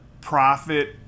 profit